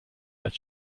that